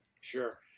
Sure